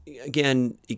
again